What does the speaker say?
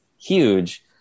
huge